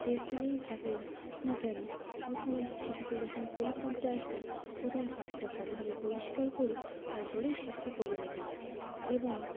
সেইখানেই থাকেন না কেন প্রথমে শিশুকে যখন কোলে তুলতে আসবেন প্রথমে হাতটা ভালোভাবে পরিষ্কার করে তারপরেই শিশুকে কোলে নেবেন এবং